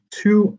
two